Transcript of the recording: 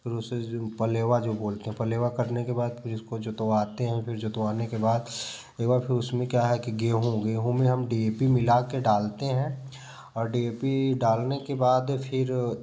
फिर उसे जो पलेवा जो बोलते हैं पलेवा करने के बाद फिर इसको जोतवाते हैं फिर जोतवाने के बाद एक बार उसमें क्या है कि गेहूँ गेहूँ में हम डी ए पी मिला के डालते हैं और डी ए पी डालने के बाद फिर